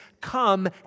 come